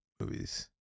movies